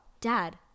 Dad